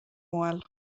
moel